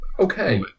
Okay